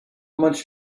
much